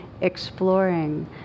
exploring